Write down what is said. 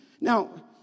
Now